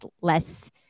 less